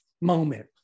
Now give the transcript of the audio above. moment